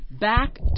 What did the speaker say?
back